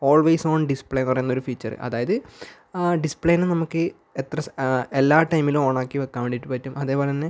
always on display പറയുന്ന ഒരു feature അതായത് ഡിസ്പ്ലേനേ നമുക്ക് എത്ര സാ എല്ലാ ടൈമിലും ഓണാക്കി വെക്കാൻ വേണ്ടിയിട്ട് പറ്റും അതേപോലെ തന്നെ